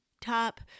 top